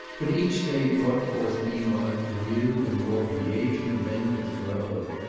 but each day brought forth meanwhile a new and more engaging bend of the road.